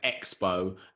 expo